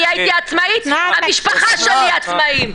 אני הייתי עצמאית, המשפחה שלי עצמאים.